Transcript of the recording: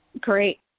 Great